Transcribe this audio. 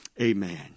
Amen